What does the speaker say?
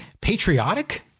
patriotic